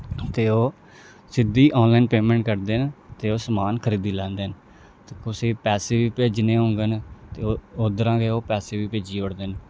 ते ओह् सिद्धी आनलाइन पेमैंट करदे न ते ओह् समान खरीदी लैंदे न ते कुसै गी पैसे बी भेजने होङन ते उद्धरा दा गै ओह् पैसे बी भेजी ओड़दे न